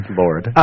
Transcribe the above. lord